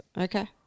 Okay